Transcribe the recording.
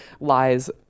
lies